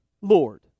Lord